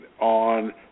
on